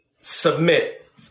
submit